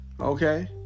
Okay